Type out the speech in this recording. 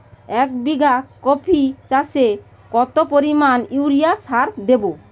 এক বিঘা কপি চাষে কত পরিমাণ ইউরিয়া সার দেবো?